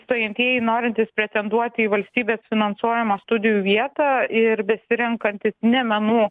stojantieji norintys pretenduoti į valstybės finansuojamo studijų vietą ir besirenkantys ne menų